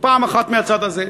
פעם אחת מהצד הזה,